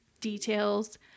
details